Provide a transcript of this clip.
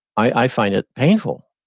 i find it painful.